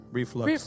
reflux